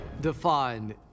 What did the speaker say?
Define